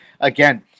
Again